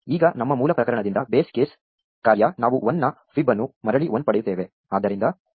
ಮತ್ತು ಈಗ ನಮ್ಮ ಮೂಲ ಪ್ರಕರಣದಿಂದ ಬೇಸ್ ಕೇಸ್ ಕಾರ್ಯ ನಾವು 1 ನ ಫೈಬ್ ಅನ್ನು ಮರಳಿ 1 ಪಡೆಯುತ್ತೇವೆ